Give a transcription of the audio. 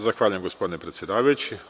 Zahvaljujem gospodine predsedavajući.